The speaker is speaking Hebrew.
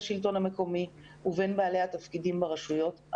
ועם בעלי התפקידים ברשויות הוא הדוק.